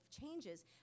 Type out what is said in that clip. changes